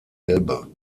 elbe